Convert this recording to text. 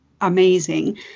amazing